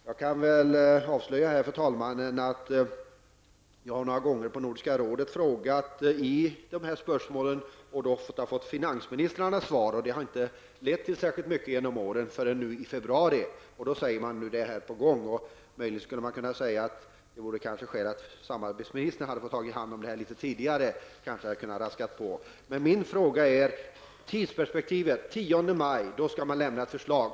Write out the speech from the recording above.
Jag kan avslöja, herr talman, att jag några gånger i Nordiska rådet har ställt frågor på detta område. Jag har då ofta fått svar från finansministrarna. Det har inte lett till särskilt mycket genom åren förrän nu i februari då man sade att det är på gång. Det hade kanske funnits skäl att låta samarbetsministern få ta hand om det här litet tidigare. Då kanske man hade kunnat raska på. Den 10 maj skall man lämna ett förslag.